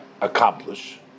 accomplish